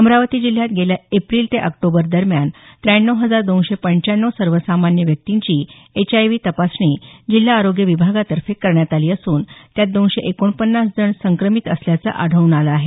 अमरावती जिल्ह्यात गेल्या एप्रिल ते ऑक्टोबर दरम्यान त्र्याण्णव हजार दोनशे पंच्च्याण्णव सर्वसामान्य व्यक्तींची एचआयव्ही तपासणी जिल्हा आरोग्य विभागातर्फे करण्यात आली असून त्यात दोनशे एकोणपन्नास जण संक्रमित असल्याचं आढळून आलं आहे